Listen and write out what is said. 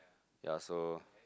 ya so